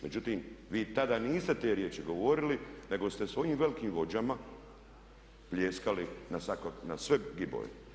Međutim, vi tada niste te riječi govorili nego ste svojim velikim vođama pljeskali na sve gibove.